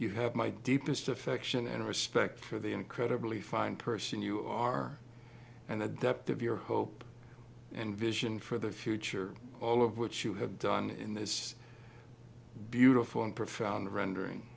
you have my deepest affection and respect for the incredibly fine person you are and the depth of your hope and vision for the future all of which you have done in this beautiful and profound rendering